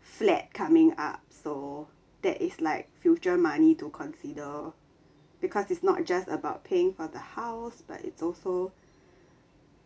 flat coming up so that is like future money to consider because it's not just about paying for the house but it's also